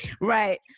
Right